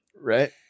Right